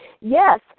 Yes